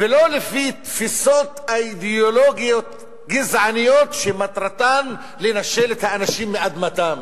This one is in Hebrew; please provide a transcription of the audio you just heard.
ולא לפי תפיסות אידיאולוגיות גזעניות שמטרתן לנשל את האנשים מאדמתם